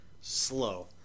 slow